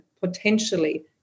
potentially